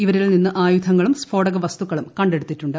ഇവരിൽ നിന്ന് ആയുധങ്ങളും സ്ഫോടക വസ്തുക്കളും കണ്ടെടുത്തിട്ടുണ്ട്